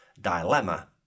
dilemma